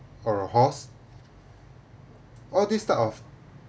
or a horse all this type of